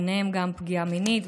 ביניהן גם פגיעה מינית,